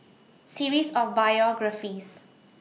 series of biographies